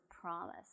promise